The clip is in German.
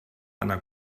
einer